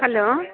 hello